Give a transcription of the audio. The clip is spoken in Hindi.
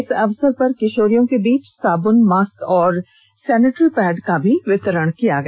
इस अवसर पर किषोरियों के बीच साबून मास्क और सैनेट्रीपैड का भी वितरण किया गया